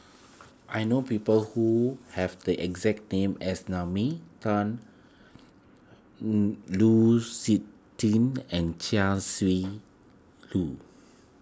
I know people who have the exact name as Naomi Tan Lu Suitin and Chia Shi Lu